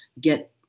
get